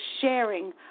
sharing